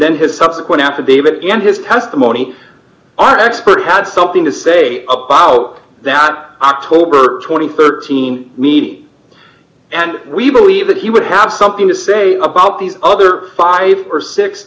then his subsequent affidavit and his testimony our expert had something to say about that october rd team meeting and we believe that he would have something to say about these other five or six